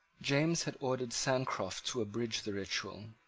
james had ordered sancroft to abridge the ritual.